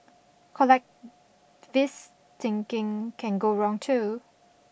collecvist thinking can go wrong too